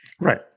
Right